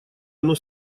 оно